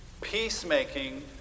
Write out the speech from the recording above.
Peacemaking